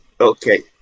Okay